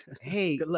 hey